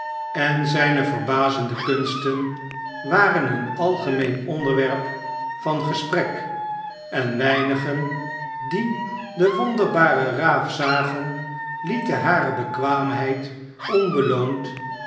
en zijne verbazende kunsten waren eenalgemeen onderwerp van gesprek en weinigen die de wonderbare raaf zagen lieten hare bekwaamheid onbeloond